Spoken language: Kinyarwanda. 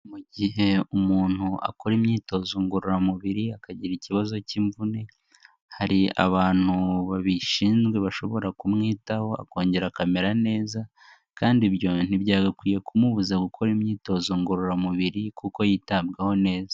Mu gihe umuntu akora imyitozo ngororamubiri akagira ikibazo cy'imvune, hari abantu babishinzwe bashobora kumwitaho, akongera akamera neza kandi ibyo ntibyagakwiye kumubuza gukora imyitozo ngororamubiri kuko yitabwaho neza.